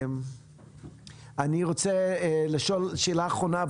אני רוצה לשאול שאלה אחרונה.